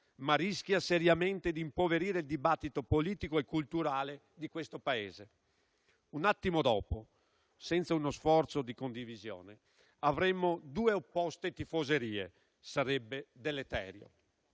ma rischia seriamente di impoverire il dibattito politico e culturale di questo Paese. Un attimo dopo, senza uno sforzo di condivisione, avremmo due opposte tifoserie. Sarebbe deleterio.